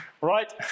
Right